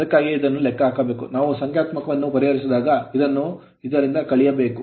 ಅದಕ್ಕಾಗಿಯೇ ಇದನ್ನು ಲೆಕ್ಕಹಾಕಬೇಕು ನಾವು ಸಂಖ್ಯಾತ್ಮಕವನ್ನು ಪರಿಹರಿಸಿದಾಗ ಇದನ್ನು ಇದರಿಂದ ಕಳೆಯಬೇಕು